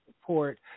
support